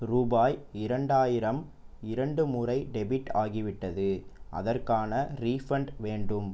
ரூபாய் இரண்டாயிரம் இரண்டு முறை டெபிட் ஆகிவிட்டது அதற்கான ரீஃபன்ட் வேண்டும்